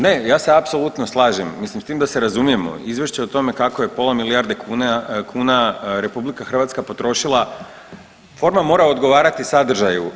Ne, ja se apsolutno slažem, mislim s tim da razumije, izvješće o tome kako je pola milijarde kuna RH potrošila, forma mora odgovarati sadržaju.